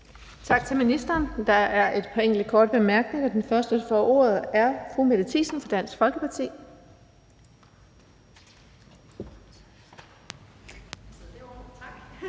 Tak til ministeren. Der er et par enkelte korte bemærkninger. Den første, der får ordet, er fru Mette Thiesen fra Dansk Folkeparti.